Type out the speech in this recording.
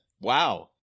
Wow